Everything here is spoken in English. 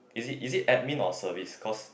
is it is it admin or service cause